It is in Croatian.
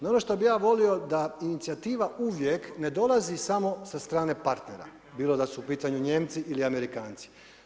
No, ono što bih ja volio da inicijativa uvijek ne dolazi samo sa strane partnera bilo da su u pitanju Nijemci ili Amerikanci.